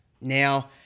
Now